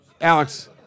Alex